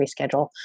reschedule